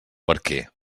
barquer